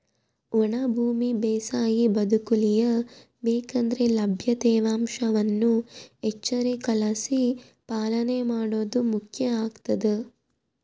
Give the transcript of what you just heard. ಒಣ ಭೂಮಿ ಬೇಸಾಯ ಬದುಕುಳಿಯ ಬೇಕಂದ್ರೆ ಲಭ್ಯ ತೇವಾಂಶವನ್ನು ಎಚ್ಚರಿಕೆಲಾಸಿ ಪಾಲನೆ ಮಾಡೋದು ಮುಖ್ಯ ಆಗ್ತದ